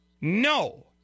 No